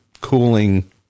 cooling